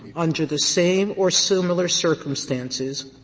under the same or similar circumstances,